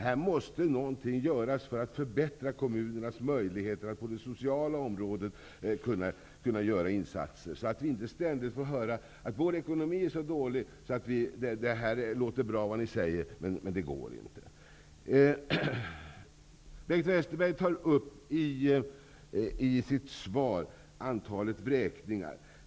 Någonting måste göras för att förbättra kommunernas möjligheter att göra insatser på det sociala området, så att vi inte ständigt får höra: Vår ekonomi är så dålig. Det låter bra vad ni säger, men det går inte. Bengt Westerberg tar i sitt svar upp antalet vräkningar.